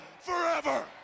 forever